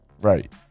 Right